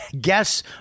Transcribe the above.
guess